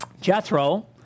Jethro